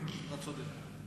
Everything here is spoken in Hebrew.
אתה צודק.